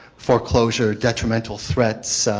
foreclosures, detrimental threats,